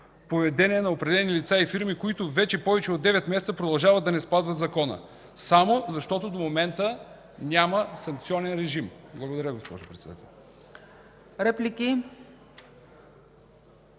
поведение на определени лица и фирми, които вече повече от 9 месеца продължават да не спазват закона, само защото до момента няма санкционен режим. Благодаря, госпожо Председател.